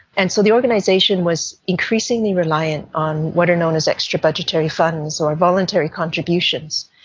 and so the organisation was increasingly reliant on what are known as extrabudgetary funds or voluntary contributions,